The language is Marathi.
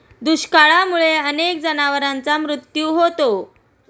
दुष्काळामुळे अनेक जनावरांचा मृत्यू होतो